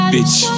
Bitch